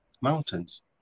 mountains